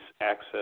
access